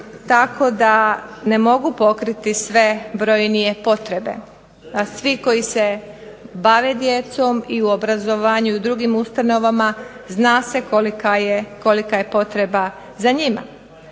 tako da ne mogu pokriti sve brojnije potrebe, a svi koji se bave djecom, i u obrazovanju i u drugim ustanovama zna se kolika je potreba za njima.